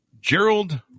Gerald